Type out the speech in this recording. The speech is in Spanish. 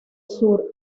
sur